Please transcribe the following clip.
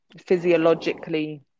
physiologically